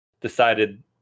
decided